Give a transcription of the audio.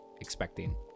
expecting